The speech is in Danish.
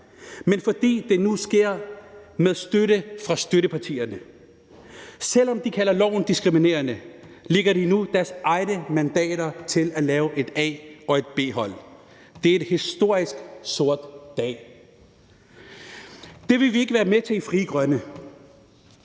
men fordi det nu sker med støtte fra støttepartierne. Selv om de kalder loven diskriminerende, lægger de nu deres egne mandater til at lave et A- og et B-hold. Det er en historisk sort dag. Det vil vi ikke være med til i Frie Grønne.